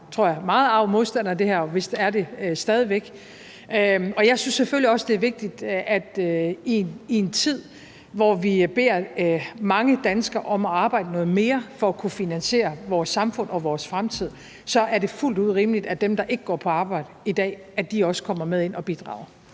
– tror jeg – meget arg modstander af det her og vist stadig væk er det. Jeg synes selvfølgelig også, det er vigtigt og fuldt ud rimeligt i en tid, hvor vi beder mange danskere om at arbejde noget mere for at kunne finansiere vores samfund og vores fremtid, at dem, der ikke går på arbejde i dag, også kommer med ind og bidrager.